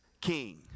king